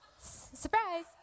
Surprise